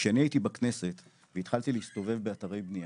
כשאני הייתי בכנסת והתחלתי להסתובב באתרי בנייה,